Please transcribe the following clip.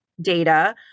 data